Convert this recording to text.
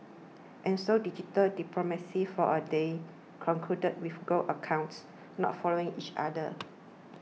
and so digital diplomacy for a day concluded with go accounts not following each other